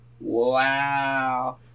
Wow